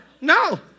no